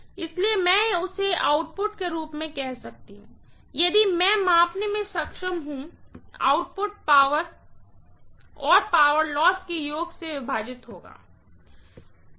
इसलिए मैं इसे आउटपुट के रूप में कह सकता हूं यदि मैं मापने में सक्षम हूं आउटपुट पावर आउटपुट पावर और पावर लॉस के योग से से विभाजित होता है